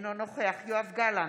אינו נוכח יואב גלנט,